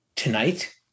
tonight